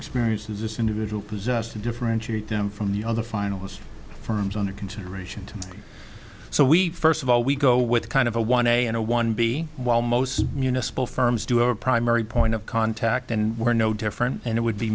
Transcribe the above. experiences this individual possess to differentiate them from the other finalist firms under consideration so we first of all we go with kind of a one a and a one b while most municipal firms do have a primary point of contact and we're no different and it would be